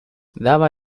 daba